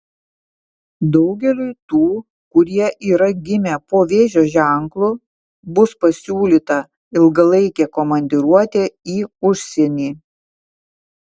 daugeliui tų kurie yra gimę po vėžio ženklu bus pasiūlyta ilgalaikė komandiruotė į užsienį